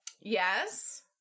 Yes